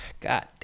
God